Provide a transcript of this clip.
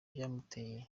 byamuteye